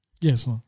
Yes